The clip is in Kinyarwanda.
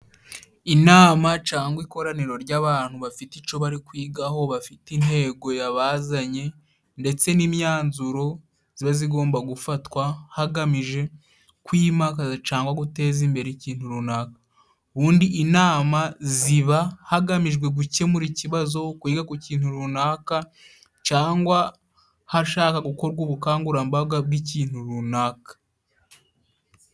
Inama cyangwa ikoraniro ry'abantu bafite icyo bari kwigaho, bafite intego yabazanye, ndetse n'imyanzuro iba igomba gufatwa, hagamijwe kumakaza cyangwa guteza imbere ikintu runaka. Ubundi inama ziba hagamijwe gukemura ikibazo, kwiga ku kintu runaka, cyangwa hashaka gukorwa ubukangurambaga bw'ikintu runaka.